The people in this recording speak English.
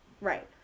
Right